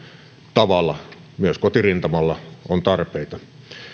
tavalla myös kotirintamalla on tarpeita